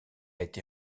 été